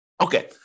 Okay